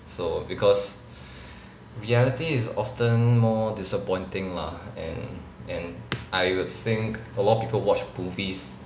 so because reality is often more disappointing lah and and I would think a lot of people watch movies